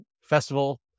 festival